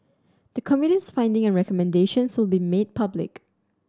the Committee's finding and recommendations will be made public